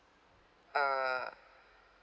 err